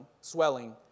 swelling